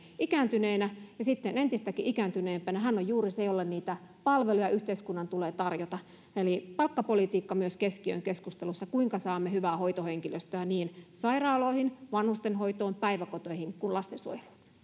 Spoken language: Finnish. ikääntyneenä ja sitten entistäkin ikääntyneempänä hän on juuri se jolle niitä palveluja yhteiskunnan tulee tarjota eli palkkapolitiikka myös keskiöön keskustelussa kuinka saamme hyvää hoitohenkilöstöä niin sairaaloihin vanhustenhoitoon päiväkoteihin kuin lastensuojeluun